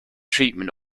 treatment